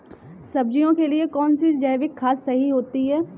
सब्जियों के लिए कौन सी जैविक खाद सही होती है?